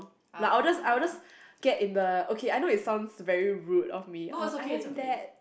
like I will just I will just get in the okay I know it sounds very rude of me oh I have that